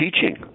teaching